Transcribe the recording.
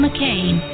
McCain